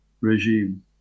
regime